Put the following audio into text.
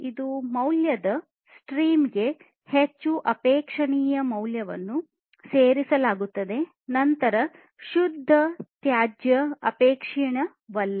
ಇದು ಮೌಲ್ಯದ ಸ್ಟ್ರೀಮ್ಗೆ ಹೆಚ್ಚು ಅಪೇಕ್ಷಣೀಯ ಮೌಲ್ಯವನ್ನು ಸೇರಿಸಲಾಗುತ್ತದೆ ನಂತರ ಶುದ್ಧ ತ್ಯಾಜ್ಯ ಅಪೇಕ್ಷಣೀಯವಲ್ಲ